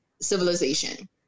Civilization